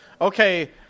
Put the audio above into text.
Okay